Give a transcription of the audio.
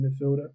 midfielder